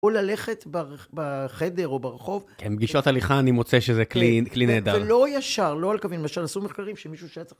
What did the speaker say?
או ללכת בחדר או ברחוב. כן, בגישות הליכה אני מוצא שזה כלי נהדר. זה לא ישר, לא על קווים, למשל, עשו מחקרים של מישהו ש...